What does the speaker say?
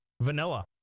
vanilla